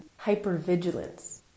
Hypervigilance